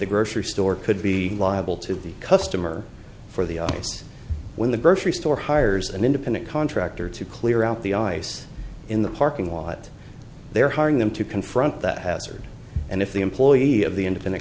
the grocery store could be liable to the customer for the case when the grocery store hires an independent contractor to clear out the ice in the parking lot they're hiring them to confront that hazard and if the employee of the independent